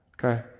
Okay